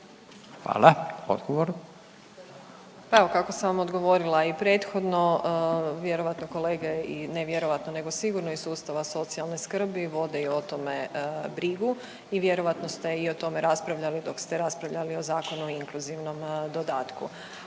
Željka (HDZ)** Pa evo kako sam vam odgovorila i prethodno. Vjerovatno i kolege, ne vjerovatno nego sigurno iz sustava socijalne skrbi vode i o tome brigu i vjerojatno ste i o tome raspravljali dok ste raspravljali o zakonu i inkluzivnom dodatku.